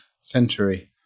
century